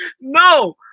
No